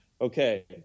Okay